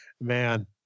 man